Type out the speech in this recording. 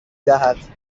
دهد